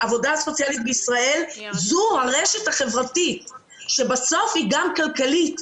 העבודה הסוציאלית בישראל זו הרשת החברתית בישראל שבסוף היא גם כלכלית.